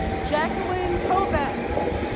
jacqueline covax